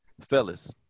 fellas